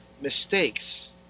mistakes